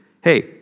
hey